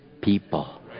people